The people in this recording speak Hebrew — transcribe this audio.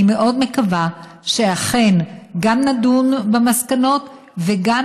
אני מאוד מקווה שאכן גם נדון במסקנות וגם